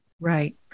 Right